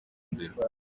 nzira